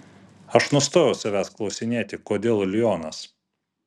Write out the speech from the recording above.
aš nustojau savęs klausinėti kodėl lionas